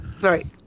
Right